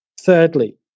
Thirdly